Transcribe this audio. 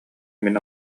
мин